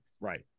Right